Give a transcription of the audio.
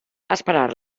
esperar